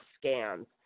scans